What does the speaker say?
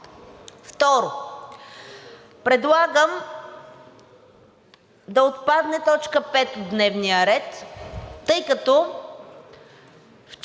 Второ, предлагам да отпадне точка 5 от дневния ред, тъй като вчера